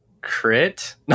crit